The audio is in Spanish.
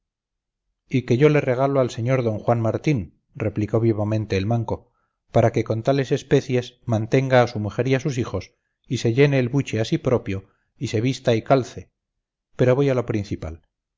y que yo le regalo al sr d juan martín replicó vivamente el manco para que con tales especies mantenga a su mujer y a sus hijos y se llene el buche a sí propio y se vista y calce pero voy a lo principal